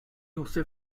josé